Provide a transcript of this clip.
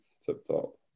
tip-top